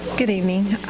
good evening.